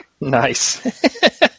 Nice